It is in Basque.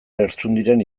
lertxundiren